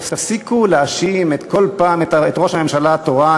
תפסיקו להאשים כל פעם את ראש הממשלה התורן,